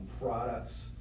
products